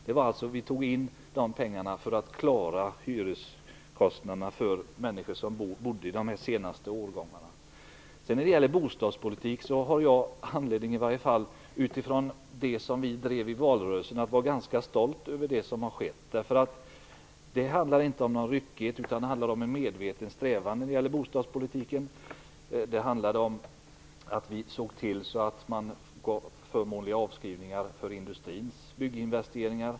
Vi tog alltså in de pengarna för att klara hyreskostnaderna för människor som bodde i de senaste årgångarna. När det gäller bostadspolitik har jag, utifrån det program som vi drev i valrörelsen, anledning att vara stolt över det som har skett. Det är inte fråga om någon ryckighet, utan om en medveten strävan i bostadspolitiken. Det handlade om att vi såg till att man gav förmånliga avskrivningar för industrins bygginvesteringar.